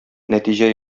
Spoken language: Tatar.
нәтиҗә